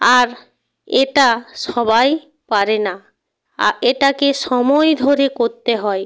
আর এটা সবাই পারে না এটাকে সময় ধরে করতে হয়